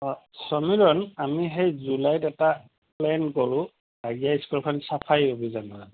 অঁ সমীৰণ আমি সেই জুলাইত এটা প্লেন কৰোঁ স্কুলখন চাফাই অভিযান কৰা